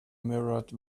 mirrored